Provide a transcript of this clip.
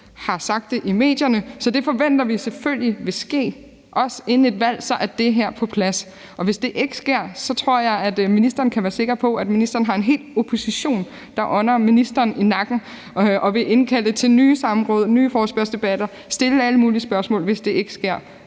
har sagt det i medierne. Så det forventer vi selvfølgelig vil ske, også inden et valg, og så er det på plads. Og hvis det ikke sker, tror jeg, at ministeren kan være sikker på, at ministeren har en hel opposition, der vil ånde ministeren i nakken og vil indkalde til nye samråd, nye forespørgselsdebatter og stille alle mulige spørgsmål. Så tak til